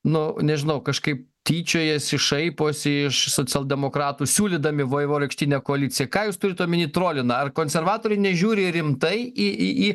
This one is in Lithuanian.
nu nežinau kažkai tyčiojasi šaiposi iš socialdemokratų siūlydami vaivorykštinę koaliciją ką jūs turit omenyje trolina ar konservatoriai nežiūri rimtai į į į